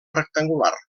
rectangular